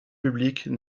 publiques